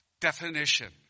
Definition